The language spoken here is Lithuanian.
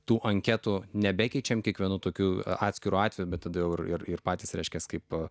tų anketų nebekeičiam kiekvienu tokiu atskiru atveju bet tada jau ir ir patys reiškias kaip